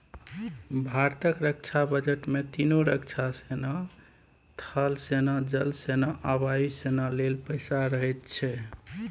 भारतक रक्षा बजट मे तीनों रक्षा सेना थल सेना, जल सेना आ वायु सेना लेल पैसा रहैत छै